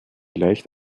leicht